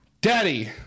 daddy